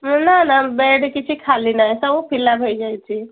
ନା ନା ନା ବେଡ଼ କିଛି ଖାଲି ନାହିଁ ସବୁ ଫିଲପ୍ ହେଇଯାଇଛି